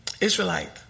Israelite